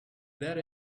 that